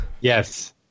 Yes